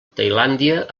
tailàndia